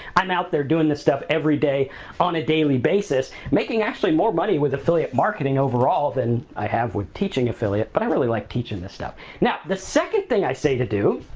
i'm out there doing this stuff every day on a daily basis making, actually, more money with affiliate marketing overall than i have with teaching affiliate but i really like teaching this stuff. now, the second thing i say to do